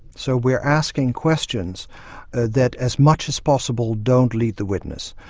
so we are asking questions that as much as possible don't lead the witness.